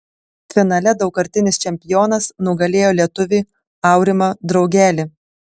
finale daugkartinis čempionas nugalėjo lietuvį aurimą draugelį